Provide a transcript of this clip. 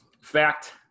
fact